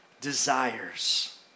desires